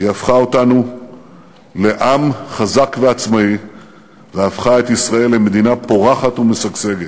היא הפכה אותנו לעם חזק ועצמאי והפכה את ישראל למדינה פורחת ומשגשגת.